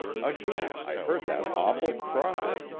again i heard that awful cry!